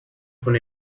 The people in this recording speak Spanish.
con